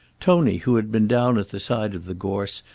tony, who had been down at the side of the gorse,